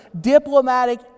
diplomatic